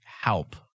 help